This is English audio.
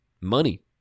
money